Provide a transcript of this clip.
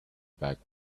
back